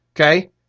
Okay